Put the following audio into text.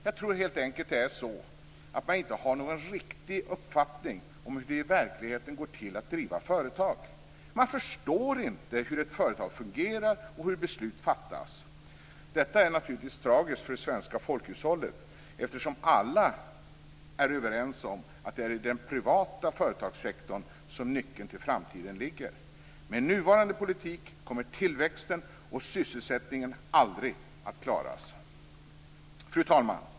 Jag tror helt enkelt att det är så att man inte har någon riktig uppfattning om hur det i verkligheten går till att driva företag. Man förstår inte hur ett företag fungerar och hur beslut fattas. Detta är naturligtvis tragiskt för det svenska folkhushållet, eftersom alla är överens om att det är i den privata företagssektorn som nyckeln till framtiden ligger. Med nuvarande politik kommer tillväxten och sysselsättningen aldrig att klaras. Fru talman!